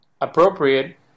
appropriate